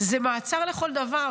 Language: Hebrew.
זה מעצר לכל דבר.